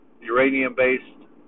Uranium-based